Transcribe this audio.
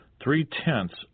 three-tenths